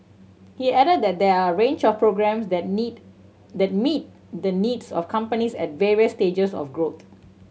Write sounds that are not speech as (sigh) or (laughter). he added that there are a range of programmes that need the (unintelligible) needs of companies at various stages of growth